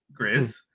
Grizz